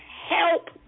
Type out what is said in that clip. help